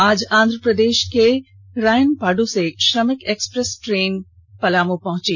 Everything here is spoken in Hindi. आज आंध्र प्रदेश के रायनपाड से श्रमिक एक्सप्रेस ट्रेन पहंची